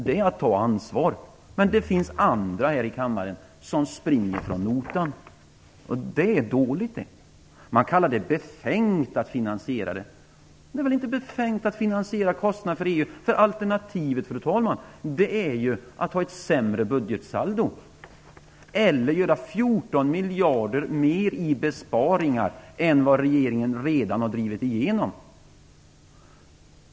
Vi tar ansvar, men det finns andra här i kammaren som springer ifrån notan. Det är dåligt. Man kallar det befängt att finansiera vår kostnad för EU. Det är väl inte befängt! Alternativet, fru talman, är att ha ett sämre budgetsaldo, eller göra 14 miljarder kronor mer i besparingar än vad regeringen redan har drivit igenom.